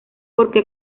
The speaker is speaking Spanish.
porque